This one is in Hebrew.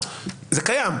זה קיים.